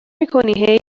میکنی